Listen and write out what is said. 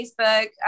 Facebook